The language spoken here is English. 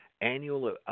annual